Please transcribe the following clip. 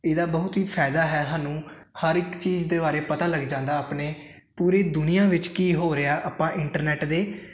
ਇਹਦਾ ਬਹੁਤ ਹੀ ਫਾਇਦਾ ਹੈ ਸਾਨੂੰ ਹਰ ਇੱਕ ਚੀਜ਼ ਦੇ ਬਾਰੇ ਪਤਾ ਲੱਗ ਜਾਂਦਾ ਆਪਣੇ ਪੂਰੀ ਦੁਨੀਆਂ ਵਿੱਚ ਕੀ ਹੋ ਰਿਹਾ ਆਪਾਂ ਇੰਟਰਨੈਟ ਦੇ